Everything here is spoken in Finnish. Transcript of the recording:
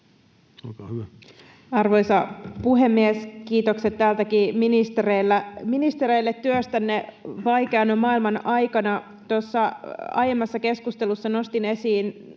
Arvoisa puhemies! Kiitokset täältäkin ministereille työstänne vaikeana maailmanaikana. Tuossa aiemmassa keskustelussa nostin esiin